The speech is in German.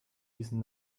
diesen